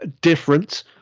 different